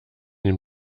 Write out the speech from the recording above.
den